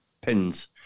pins